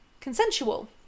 consensual